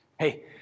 Hey